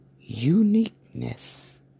uniqueness